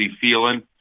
feeling